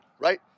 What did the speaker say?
right